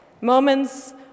Moments